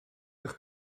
eich